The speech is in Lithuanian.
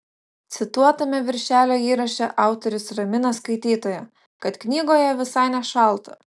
cituotame viršelio įraše autorius ramina skaitytoją kad knygoje visai nešalta